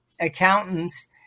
accountants